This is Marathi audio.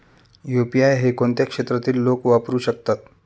यु.पी.आय हे कोणत्या क्षेत्रातील लोक वापरू शकतात?